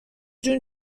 جون